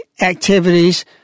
activities